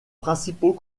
principaux